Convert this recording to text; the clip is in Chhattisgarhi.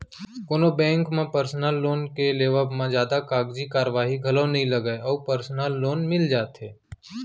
कोनो बेंक म परसनल लोन के लेवब म जादा कागजी कारवाही घलौ नइ लगय अउ परसनल लोन मिल जाथे